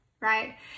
right